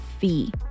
fee